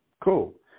Cool